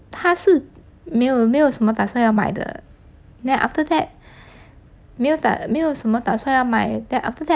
他是没有没有什么打算要买的 then after that 没有打没有什么打算要买 then after that